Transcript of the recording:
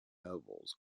nobles